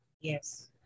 Yes